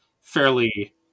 fairly